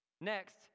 next